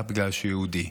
רק בגלל שהוא יהודי.